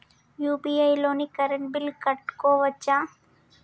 UPI తోని current bill కట్టుకోవచ్ఛా?